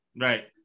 Right